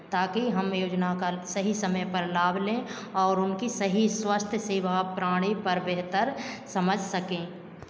ताकि हम योजनाओं का सही समय पर लाभ लें और उनकी सही स्वास्थ्य सेवा अपनाने पर बेहतर समझ सकें